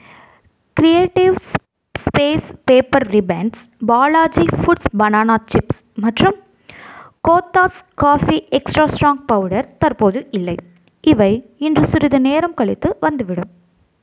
creative space paper ribbons Balaji foods banana chips மற்றும் Cothas coffee extra strong powder தற்போது இல்லை இவை இன்று சிறிது நேரம் கழித்து வந்துவிடும்